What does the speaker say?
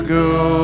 go